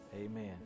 Amen